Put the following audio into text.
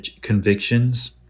convictions